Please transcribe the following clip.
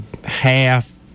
half